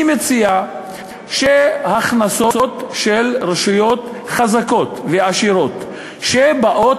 אני מציע שהכנסות של רשויות חזקות ועשירות שבאות